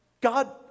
God